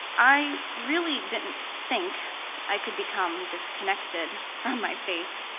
i really didn't think i could become disconnected from my faith.